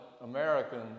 Americans